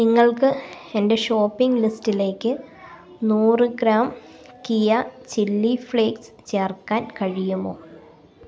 നിങ്ങൾക്ക് എന്റെ ഷോപ്പിംഗ് ലിസ്റ്റിലേക്ക് നൂറ് ഗ്രാം കിയാ ചില്ലി ഫ്ലേക്സ് ചേർക്കാൻ കഴിയുമോ